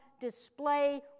display